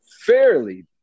fairly